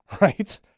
right